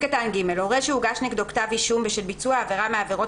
"(ג)הורה שהוגש נגדו כתב אישום בשל ביצוע עבירה מהעבירות